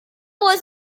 was